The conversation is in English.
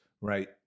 right